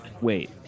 wait